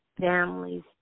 families